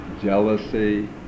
jealousy